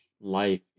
life